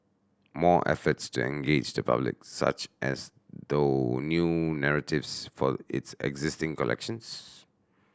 more efforts to engage the public such as through new narratives for its existing collections